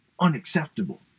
unacceptable